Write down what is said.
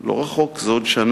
לא רחוק, זה עוד שנה,